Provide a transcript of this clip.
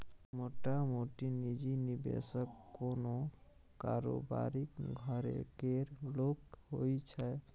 मोटामोटी निजी निबेशक कोनो कारोबारीक घरे केर लोक होइ छै